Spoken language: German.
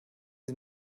sie